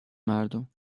مردم